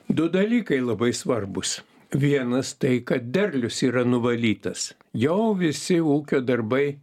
du dalykai labai svarbūs vienas tai kad derlius yra nuvalytas jau visi ūkio darbai